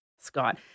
Scott